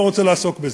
לא רוצה לעסוק בזה,